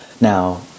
Now